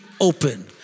open